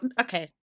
okay